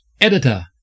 Editor